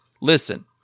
listen